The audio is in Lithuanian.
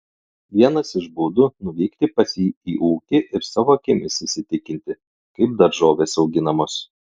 vienas iš būdų nuvykti pas jį į ūkį ir savo akimis įsitikinti kaip daržovės auginamos